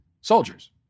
soldiers